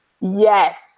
Yes